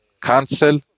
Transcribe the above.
cancel